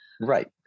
Right